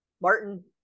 martin